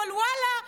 אבל ואללה,